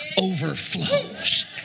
overflows